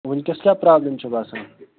وُِنکٮ۪س کیٛاہ پرٛابلِم چھِ باسان